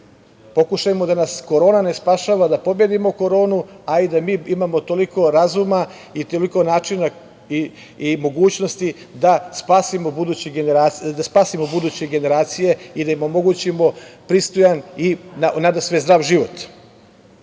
neba. Pokušajmo da nas korona ne spašava, da pobedimo koronu, a i da mi imamo toliko razuma i toliko načina i mogućnosti da spasimo buduće generacije i da im omogućimo pristojan i nadasve zdrav život. Zato